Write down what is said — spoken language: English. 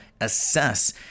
assess